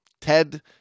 Ted